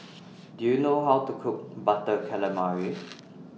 Do YOU know How to Cook Butter Calamari